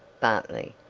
bartley.